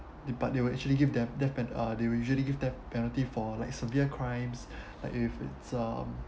the but they will actually give them deat~ and they'll usually give death penalty for like severe crimes like if it's um